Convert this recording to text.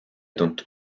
tuntud